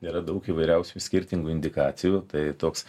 yra daug įvairiausių skirtingų indikacijų tai toks